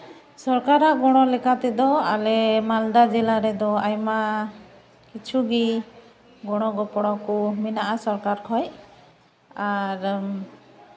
ᱥᱚᱨᱠᱟᱨᱟᱜ ᱜᱚᱲᱚ ᱞᱮᱠᱟ ᱛᱮᱫᱚ ᱟᱞᱮ ᱢᱟᱞᱫᱟ ᱡᱮᱞᱟ ᱨᱮᱫᱚ ᱟᱭᱢᱟ ᱠᱤᱪᱷᱩ ᱜᱮ ᱜᱚᱲᱚᱼᱜᱚᱯᱚᱲᱚ ᱠᱚ ᱢᱮᱱᱟᱜᱼᱟ ᱥᱚᱨᱠᱟᱨ ᱠᱷᱚᱡ ᱟᱨ